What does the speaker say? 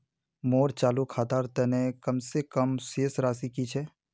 मोर चालू खातार तने कम से कम शेष राशि कि छे?